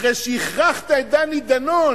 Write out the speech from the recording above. אחרי שהכרחת את דני דנון